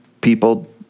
people